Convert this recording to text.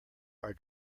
are